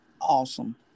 awesome